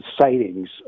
sightings